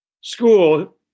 School